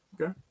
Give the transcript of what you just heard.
okay